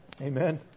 Amen